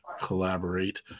collaborate